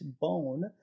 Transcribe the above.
bone